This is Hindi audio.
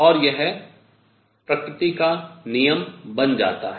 और यह प्रकृति का नियम बन जाता है